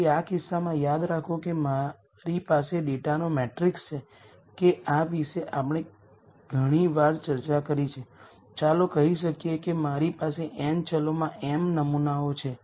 તેથી આ કિસ્સામાં યાદ રાખો કે મારી પાસે ડેટાનો મેટ્રિક્સ છે કે આ વિશે આપણે ઘણી વાર ચર્ચા કરી છે ચાલો કહી શકીએ કે મારી પાસે n વેરીએબલ્સ માં m નમૂનાઓ છે